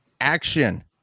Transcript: action